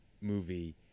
movie